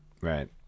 Right